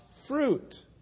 fruit